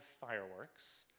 fireworks